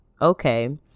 Okay